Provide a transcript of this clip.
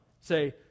say